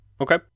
Okay